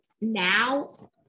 now